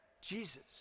Jesus